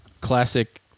Classic